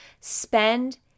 Spend